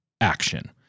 action